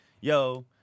yo